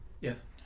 Yes